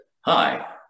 hi